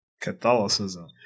catholicism